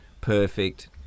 perfect